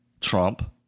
Trump